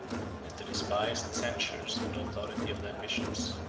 than to despise the censures and authority of their bishops.